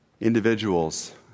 individuals